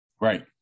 Right